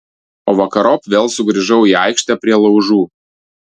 o vakarop vėl sugrįžau į aikštę prie laužų